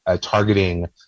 targeting